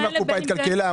אם המכונה התקלקלה?